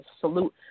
salute